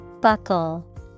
Buckle